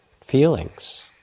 feelings